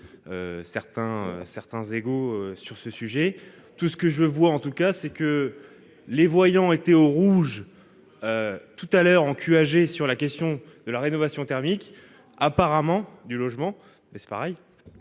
certains égo sur ce sujet. Tout ce que je vois en tout cas, c'est que les voyants étaient au rouge. Tout à l'heure en cul âgé sur la question de la rénovation thermique apparemment du logement mais c'est pareil.